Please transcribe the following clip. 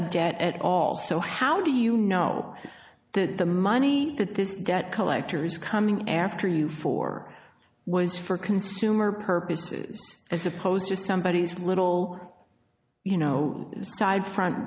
a debt at all so how do you know that the money that this debt collectors coming after you for was for consumer purposes as opposed to somebody who's little you know side front